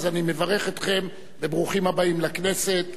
אני מברך אתכם ב"ברוכים הבאים לכנסת".